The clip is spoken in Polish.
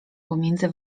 pomiędzy